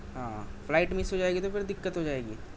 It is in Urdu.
ہاں فلائٹ مس ہو جائے گی تو پھر دقت ہو جائے گی